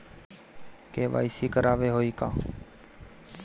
KYC करावे के होई का?